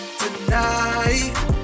tonight